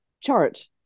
chart